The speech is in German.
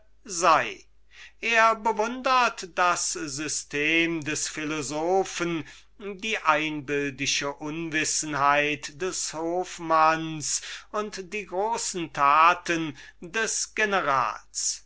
sei er bewundert das system des philosophen die einbildische unwissenheit des hofmanns und die großen taten des generals